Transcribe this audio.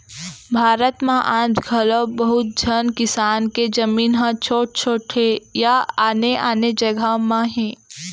भारत म आज घलौ बहुत झन किसान के जमीन ह छोट छोट हे या आने आने जघा म हे